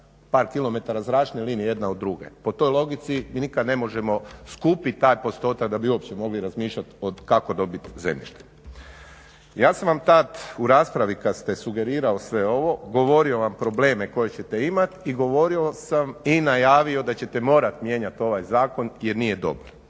par km zračne linije jedna od druge. Po toj logici mi nikad ne možemo skupiti taj postotak da bi uopće mogli razmišljati kako dobiti zemljište. Ja sam vam tad u raspravi kad ste sugerirali sve ovo govorio vam probleme koje ćete imati i govorio sam i najavio da ćete morati mijenjati ovaj zakon jer nije dobar.